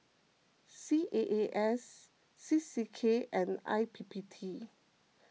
C A A S C C K and I P P T